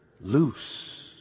loose